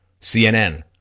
CNN